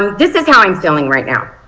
this is how i'm feeling right now.